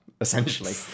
essentially